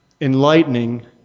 enlightening